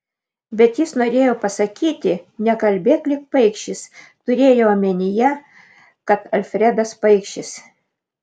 bet jis norėjo pasakyti nekalbėk lyg paikšis turėjo omenyje kad alfredas paikšis